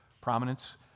prominence